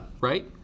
Right